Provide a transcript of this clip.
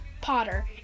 Potter